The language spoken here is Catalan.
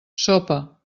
sopa